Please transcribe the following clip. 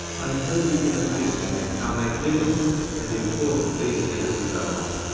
i hope you can appreciate how magnificent and important these senses um